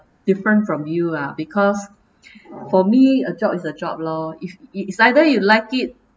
different from you lah because for me a job is a job lor if it's either you like it